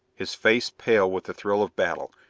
his face pale with the thrill of battle,